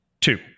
Two